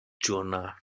jonah